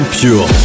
Pure